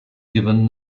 given